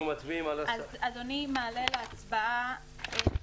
אז אדוני מעלה להצבעה את